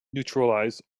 neutralize